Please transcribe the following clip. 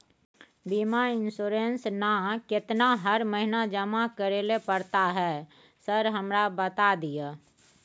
बीमा इन्सुरेंस ना केतना हर महीना जमा करैले पड़ता है सर हमरा बता दिय?